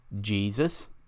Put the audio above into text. Jesus